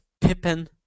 Pippin